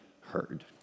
heard